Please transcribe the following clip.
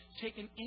taken